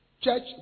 Church